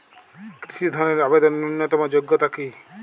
কৃষি ধনের আবেদনের ন্যূনতম যোগ্যতা কী?